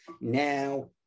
now